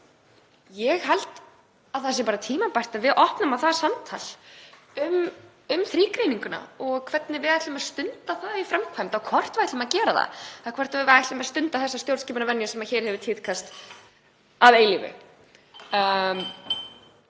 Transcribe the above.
Ég held að það sé bara tímabært að við opnum á það samtal um þrígreininguna og hvernig við ætlum að stunda það í framkvæmd, hvort við ætlum að gera það eða hvort við ætlum að stunda þessa stjórnskipunarvenju sem hér hefur tíðkast að eilífu,